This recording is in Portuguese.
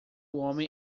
homem